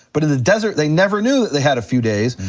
but in the desert they never knew that they had a few days,